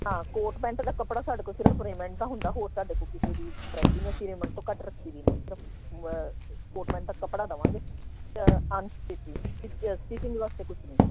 ਹਾਂ coat pant ਦਾ ਕੱਪੜਾ ਸਾਡੇ ਕੋਲ ਸਿਰਫ ਰੇਮੈਂਟ ਦਾ ਹੁੰਦਾ ਹੋਰ ਸਾਡੇ ਕੋਲ ਕਿਸੇ ਵੀ ਬਰਾਇਟੀ ਨਹੀਂ ਰੱਖੀ ਰੇਮੈਂਟ ਤੋਂ ਘੱਟ ਰੱਖੀ ਦੀ ਨਹੀਂ ਸਿਰਫ ਕੋਟ ਪੈਂਟ ਦਾ ਕੱਪੜਾ ਦੇਵਾਂਗੇ ਅਨਸਟਿਚਿੰਗ ਸਟਿਚਿੰਗ ਵਾਸਤੇ ਕੁਛ ਨਹੀਂ